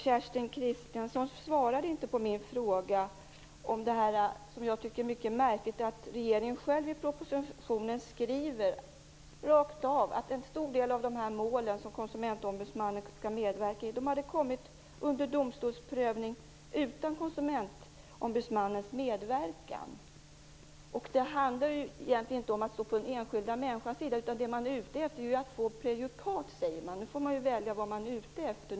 Kerstin Kristiansson svarade inte på min fråga om detta som jag tycker är mycket märkligt, dvs. att regeringen själv i propositionen skriver rakt av att en stor del av de mål som Konsumentombudsmannen skall medverka i hade kommit under domstolsprövning utan Konsumentombudsmannens medverkan. Det handlar egentligen inte om att stå på den enskilda människans sida. Det man är ute efter är att få prejudikat, säger man. Nu får man välja vad man är ute efter.